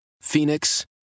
Phoenix